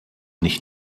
nicht